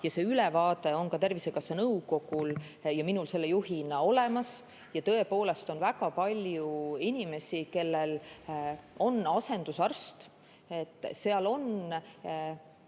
sellest on ka Tervisekassa nõukogul ja minul selle juhina olemas. Tõepoolest, on väga palju inimesi, kellel on asendusarst.